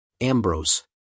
Ambrose